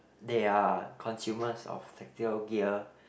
they are consumers of the gear